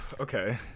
okay